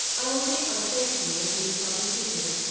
i will take my place here, until you shall be suited.